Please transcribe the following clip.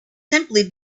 simply